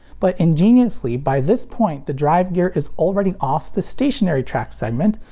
but ingeniously, by this point the drive gear is already off the stationary track segment,